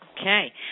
Okay